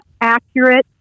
accurate